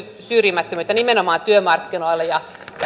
syrjimättömyyttä nimenomaan työmarkkinoilla ja